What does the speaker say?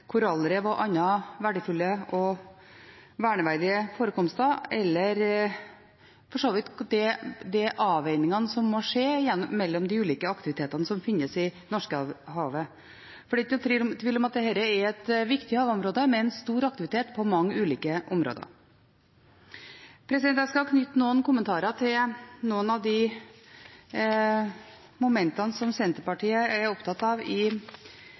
verdifulle og verneverdige forekomster eller for så vidt de avveiningene som må skje mellom de ulike aktivitetene som finnes i Norskehavet. Det er ingen tvil om at dette er et viktig havområde med en stor aktivitet på mange ulike områder. Jeg skal knytte noen kommentarer til noen av de momentene som Senterpartiet er opptatt av i